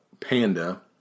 Panda